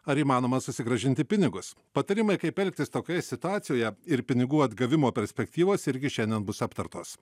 ar įmanoma susigrąžinti pinigus patarimai kaip elgtis tokioje situacijoje ir pinigų atgavimo perspektyvos irgi šiandien bus aptartos